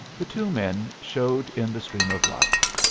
the two men showed in the stream of light,